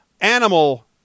animal